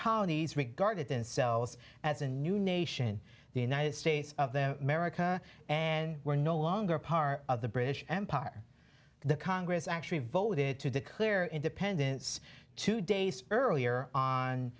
colonies regarded in cells as a new nation the united states of them america and we're no longer part of the british empire the congress actually voted to declare independence two days earlier on